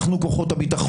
אנחנו כוחות הביטחון.